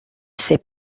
ses